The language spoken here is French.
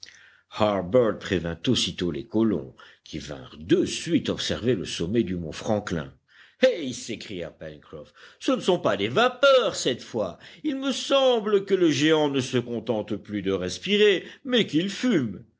aussitôt les colons qui vinrent de suite observer le sommet du mont franklin eh s'écria pencroff ce ne sont pas des vapeurs cette fois il me semble que le géant ne se contente plus de respirer mais qu'il fume